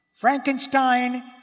Frankenstein